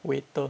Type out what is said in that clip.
waiter